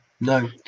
No